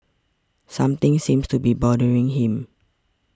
something seems to be bothering him